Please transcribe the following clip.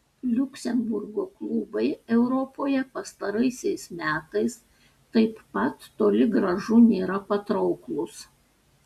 liuksemburgo klubai europoje pastaraisiais metais taip pat toli gražu nėra patrauklūs